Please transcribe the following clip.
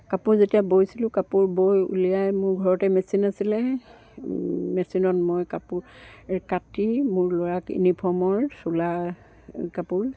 কাপোৰ যেতিয়া বৈছিলোঁ কাপোৰ বৈ উলিয়াই মোৰ ঘৰতে মেচিন আছিলে মেচিনত মই কাপোৰ কাটি মোৰ ল'ৰাক ইউনিফৰ্মৰ চোলা কাপোৰ